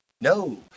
No